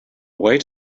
wait